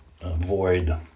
avoid